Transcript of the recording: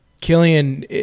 Killian